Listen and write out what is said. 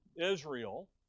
Israel